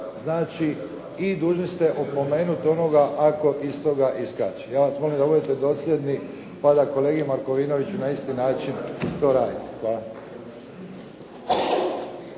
i dužni ste opomenuti onoga ako iz toga iskače. Ja vas molim da budete dosljedni mada kolegi Markovinoviću na isti način to radite.